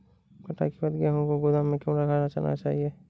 कटाई के बाद गेहूँ को गोदाम में क्यो रखना चाहिए?